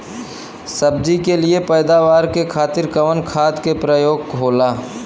सब्जी के लिए पैदावार के खातिर कवन खाद के प्रयोग होला?